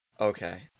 okay